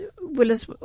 Willis